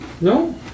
No